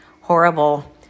horrible